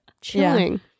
chilling